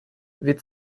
від